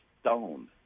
stoned